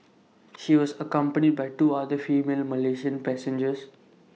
she was accompanied by two other female Malaysian passengers